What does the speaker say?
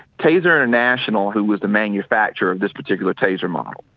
taser international, who was a manufacturer of this particular taser model,